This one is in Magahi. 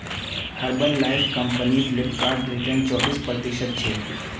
herbal life company Flipkart return चोबीस प्रतिशतछे